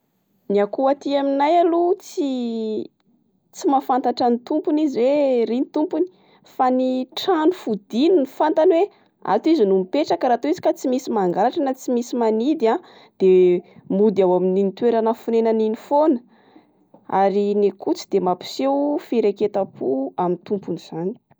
Ny akoho aty aminay aloha tsy tsy mafantatra ny tompony izy oe ry ny tompony, fa ny trano fodiny no fantany oe ato izy no mipetraka raha toa izy ka tsy misy mangalatra na tsy misy manidy a de mody ao amin'iny toerana fonenany iny fona, ary ny akoho tsy de mampiseho fireketam-po amin'ny tompony izany.